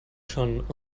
schon